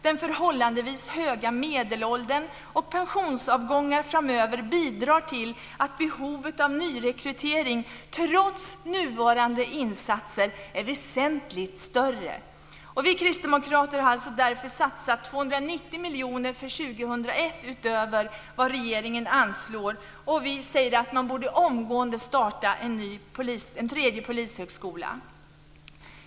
Den förhållandevis höga medelåldern och pensionsavgångar framöver bidrar till att behovet av nyrekrytering trots nuvarande insatser är väsentligt större. Vi kristdemokrater har därför satsat 290 miljoner för 2001 utöver vad regeringen anslår, och vi säger att man borde omgående starta en tredje polishögskola.